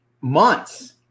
months